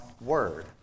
word